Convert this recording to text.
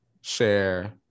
share